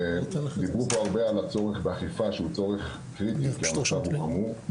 דיברו פה הרבה על הצורך באכיפה שהוא צורך קריטי כי המצב הוא חמור,